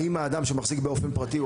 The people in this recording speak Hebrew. האם האדם שמחזיק את זה באופן פרטי?